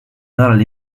nädalal